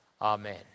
amen